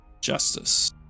justice